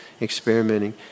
experimenting